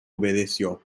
obedeció